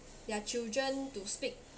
their children to speak